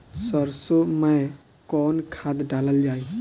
सरसो मैं कवन खाद डालल जाई?